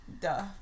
duh